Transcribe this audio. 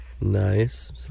Nice